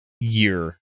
year